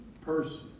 person